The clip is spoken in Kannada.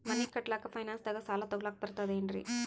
ಮನಿ ಕಟ್ಲಕ್ಕ ಫೈನಾನ್ಸ್ ದಾಗ ಸಾಲ ತೊಗೊಲಕ ಬರ್ತದೇನ್ರಿ?